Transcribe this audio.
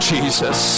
Jesus